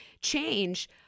change